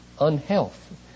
unhealth